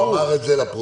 הוא אמר את זה לפרוטוקול,